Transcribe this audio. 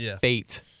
fate